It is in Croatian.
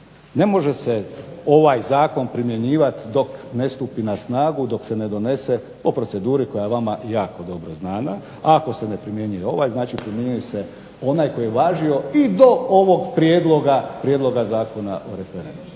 Ne može se ovaj zakon primjenjivati dok ne stupi na snagu dok se ne donese po proceduri koja je vama jako dobro znana. Ako se ne primjenjuje ovaj primjenjuje se onaj koji je važio i do ovog prijedloga Zakona o referendumu.